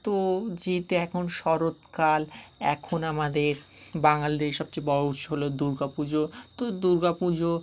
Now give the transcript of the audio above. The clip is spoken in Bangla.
তো যেহেতু এখন শরৎকাল এখন আমাদের বাঙালিদের সবচেয়ে বড় উৎসব হলো দুর্গাপুজো তো দুর্গাপুজো